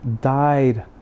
died